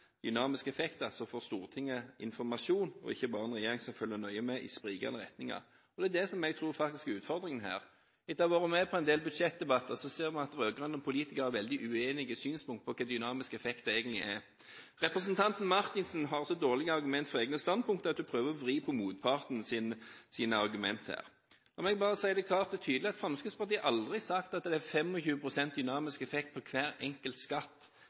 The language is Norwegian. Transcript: dynamiske effekter, vil gi Stortinget informasjon, ikke bare en regjering som følger nøye med i sprikende retninger. Jeg tror faktisk det er det som er utfordringen her. Etter å ha vært med på en del budsjettdebatter ser en at rød-grønne politikere er veldig uenige når det gjelder synspunkter på hva dynamisk effekt egentlig er. Representanten Marthinsen har så dårlige argumenter for egne standpunkter at hun prøver å vri på motpartens argumenter. La meg bare si det klart og tydelig at Fremskrittspartiet aldri har sagt at det er 25 pst. dynamisk effekt på hver enkelt skatt